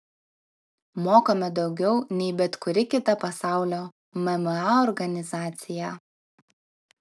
mokame daugiau nei bet kuri kita pasaulio mma organizacija